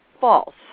False